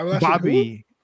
Bobby